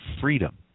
freedom